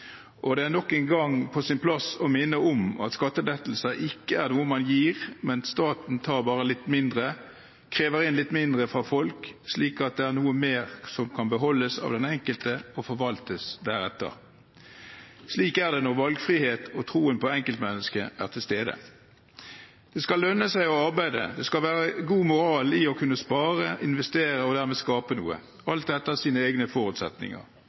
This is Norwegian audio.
Og det er nok en gang på sin plass å minne om at skattelettelser ikke er noe man gir, men staten krever inn litt mindre fra folk, slik at det er noe mer som kan beholdes av den enkelte og forvaltes deretter. Slik er det når valgfrihet og troen på enkeltmennesket er til stede. Det skal lønne seg å arbeide, og det skal være god moral i å kunne spare, investere og dermed skape noe – alt etter sine egne forutsetninger.